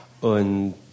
Und